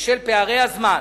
בשל פערי זמן